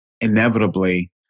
inevitably